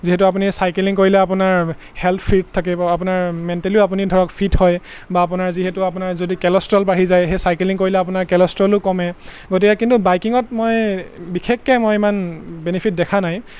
যিহেতু আপুনি চাইকেলিং কৰিলে আপোনাৰ হেল্থ ফিট থাকিব আপোনাৰ মেণ্টেলিও আপুনি ধৰক ফিট হয় বা আপোনাৰ যিহেতু আপোনাৰ যদি কেলষ্ট্ৰল বাঢ়ি যায় সেই চাইকেলিং কৰিলে আপোনাৰ কেলষ্ট্ৰলো কমে গতিকে কিন্তু বাইকিঙত মই বিশেষকৈ মই ইমান বেনিফিট দেখা নাই